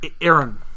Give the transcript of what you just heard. Aaron